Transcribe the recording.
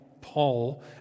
Paul